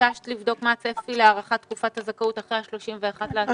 ביקשת לבדוק מה הצפי להארכת תקופת הזכאות אחרי ה-31 באוקטובר.